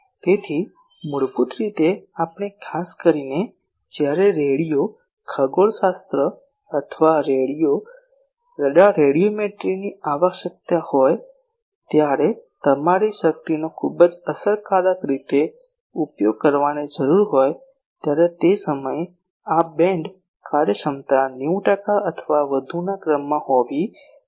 તેથી મૂળભૂત રીતે આપણે ખાસ કરીને જ્યારે રેડિયો ખગોળશાસ્ત્ર અથવા રડાર રેડિયોમેટ્રીની આવશ્યકતા હોય ત્યારે તમારે તમારી શક્તિનો ખૂબ જ અસરકારક રીતે ઉપયોગ કરવાની જરૂર હોય ત્યારે તે સમયે આ બીમ કાર્યક્ષમતા 90 ટકા અથવા વધુના ક્રમમાં હોવી જોઈએ